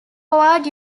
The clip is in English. howard